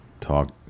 talk